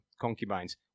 concubines